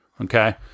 Okay